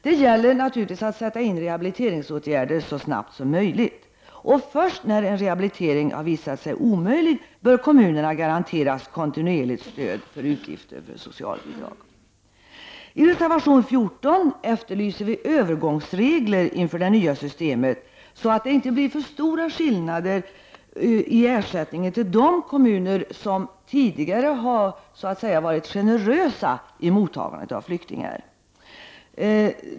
Det gäller naturligtvis att sätta in rehabiliteringsåtgärder så snart som möjligt. Först när en rehabilitering visat sig omöjlig bör kommunerna garanteras kontinuerligt stöd för utgifter för socialbidrag. I reservation 14 efterlyser vi övergångsregler inför det nya systemet, så att det inte blir för stora skillnader i ersättningen till de kommuner som tidigare har varit generösa i sitt mottagande av flyktingar.